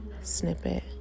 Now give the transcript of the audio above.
snippet